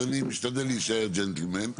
אז אני משתדל להישאר ג'נטלמן.